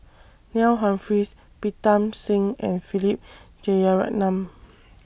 Neil Humphreys Pritam Singh and Philip Jeyaretnam